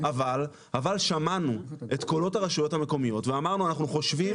אבל שמענו את קולות הרשויות המקומיות ואמרנו אנחנו חושבים